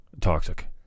toxic